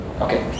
Okay